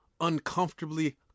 uncomfortably